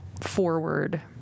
forward